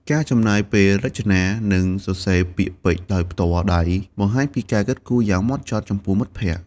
ការចំណាយពេលរចនា និងសរសេរពាក្យពេចន៍ដោយផ្ទាល់ដៃ បង្ហាញពីការគិតគូរយ៉ាងហ្មត់ចត់ចំពោះមិត្តភក្ដិ។